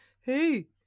hey